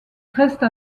reste